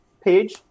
page